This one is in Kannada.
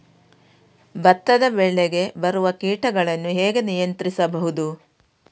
ಭತ್ತದ ಬೆಳೆಗೆ ಬರುವ ಕೀಟಗಳನ್ನು ಹೇಗೆ ನಿಯಂತ್ರಿಸಬಹುದು?